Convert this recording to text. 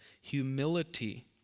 humility